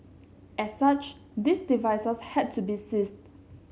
as such these devices had to be seized